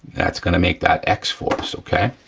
that's gonna make that x form, okay?